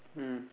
mm